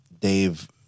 Dave